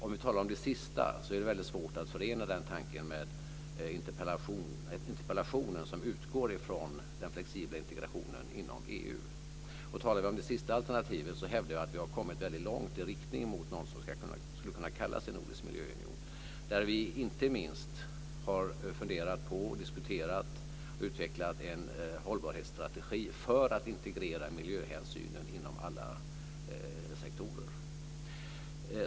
Om vi talar om det sist nämnda är det väldigt svårt att förena den tanken med interpellationen, som utgår från den flexibla integrationen inom EU. Och talar vi om det sist nämnda alternativet hävdar jag att vi har kommit långt i riktning mot vad som skulle kunna kallas för en nordisk miljöunion, där vi inte minst har funderat på, diskuterat och utvecklat en hållbarhetsstrategi för att integrera miljöhänsynen inom alla sektorer.